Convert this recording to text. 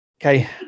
Okay